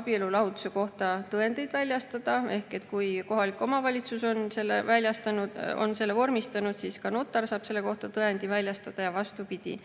abielulahutuste kohta tõendeid väljastada ehk kui kohalik omavalitsus on [lahutuse] vormistanud, siis ka notar saab selle kohta tõendi väljastada ja vastupidi